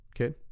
Okay